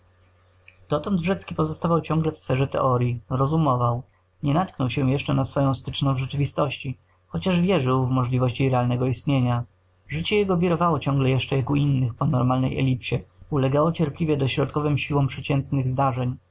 dotąd wrzecki pozostawał ciągle w sferze teoryi rozumował nie natknął jeszcze na swą styczną w rzeczywistości chociaż wierzył w możliwość jej realnego istnienia życie jego wirowało ciągle jeszcze jak u innych po normalnej elipsie ulegało cierpliwie dośrodkowym siłom przeciętnych zdarzeń